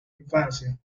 infancia